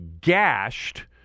gashed